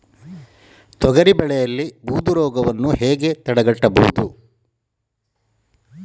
ತೊಗರಿ ಬೆಳೆಯಲ್ಲಿ ಬೂದು ರೋಗವನ್ನು ಹೇಗೆ ತಡೆಗಟ್ಟಬಹುದು?